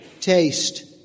taste